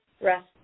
rest